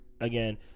Again